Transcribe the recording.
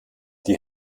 die